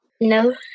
No